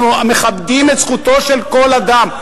אנחנו מכבדים את זכותו של כל אדם.